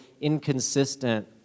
inconsistent